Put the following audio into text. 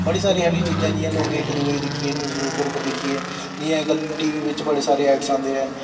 बड़ी सारी एहो जेही चीजां जि'यां लोग इक दुए गी दिक्खियै न्यूज पेपर उप्पर दिक्खियै जि'यां अजकल्ल टी बी बिच्च बड़े सारे ऐड्स औंदे ऐ